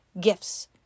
gifts